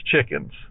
chickens